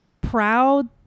proud